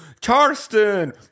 Charleston